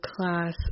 class